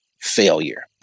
failure